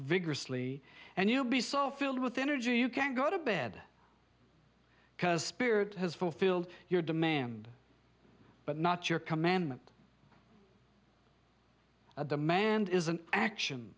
vigorously and you'll be so filled with energy you can't go to bed because spirit has fulfilled your demand but not your commandment at the mand is an action